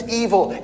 evil